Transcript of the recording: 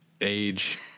age